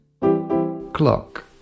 clock